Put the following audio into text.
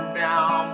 down